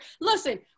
listen